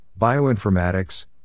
Bioinformatics